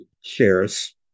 shares